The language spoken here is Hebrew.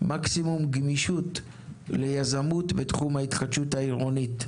מקסימום גמישות ליזמות בתחום ההתחדשות העירונית.